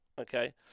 Okay